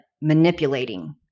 manipulating